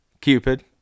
Cupid